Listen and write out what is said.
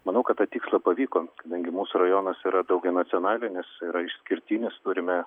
manau kad tikslą pavyko kadangi mūsų rajonas yra daugianacionalinis yra išskirtinis turime